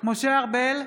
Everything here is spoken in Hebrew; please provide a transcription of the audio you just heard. משה ארבל,